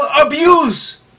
abuse